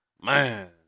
Man